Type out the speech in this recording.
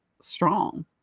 strong